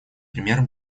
пример